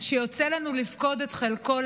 שיוצא לנו לפקוד את חלקו,